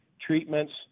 treatments